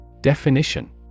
Definition